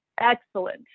Excellent